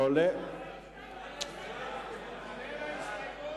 כולל ההסתייגות.